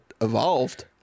evolved